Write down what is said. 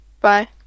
bye